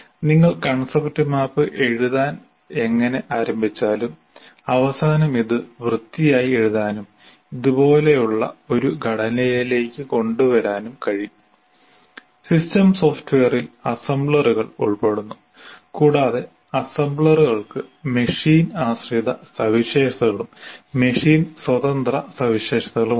നിങ്ങൾ concept map എഴുതാൻ എങ്ങനെ ആരംഭിച്ചാലും അവസാനം ഇത് വൃത്തിയായി എഴുതാനും ഇതുപോലുള്ള ഒരു ഘടനയിലേക്ക് കൊണ്ടുവരാനും കഴിയും സിസ്റ്റം സോഫ്റ്റ്വെയറിൽ അസംബ്ലറുകൾ ഉൾപ്പെടുന്നു കൂടാതെ അസംബ്ലർകൾക്ക് മെഷീൻ ആശ്രിത സവിശേഷതകളും മെഷീൻ സ്വതന്ത്ര സവിശേഷതകളും ഉണ്ട്